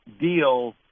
deal